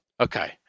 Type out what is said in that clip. Okay